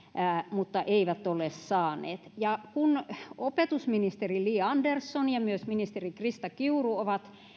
mutta eivät ole saaneet kun opetusministeri li andersson ja myös ministeri krista kiuru ovat